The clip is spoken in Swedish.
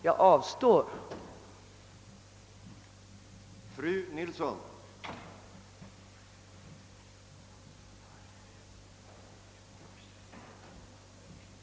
Jag avstår därför från att göra det.